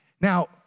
Now